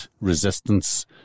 resistance